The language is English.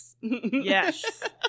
Yes